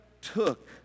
took